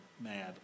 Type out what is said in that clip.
mad